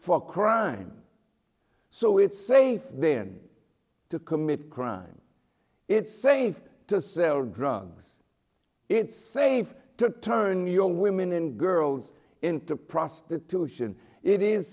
for crime so it's safe then to commit crime it's safe to sell drugs it's safe to turn your women and girls into prostitution it is